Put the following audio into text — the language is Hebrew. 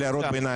אלה הערות ביניים.